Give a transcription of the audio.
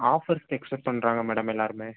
offers expect பண்ணுறாங்க madam எல்லோருமே